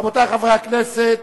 רבותי חברי הכנסת,